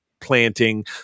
planting